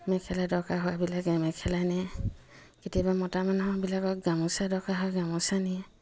মেখেলা দৰকাৰ হোৱাবিলাকে মেখেলা নিয়ে কেতিয়াবা মতা মানুহবিলাকক গামোচা দৰকাৰ হয় গামোচা নিয়ে